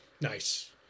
Nice